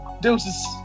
Deuces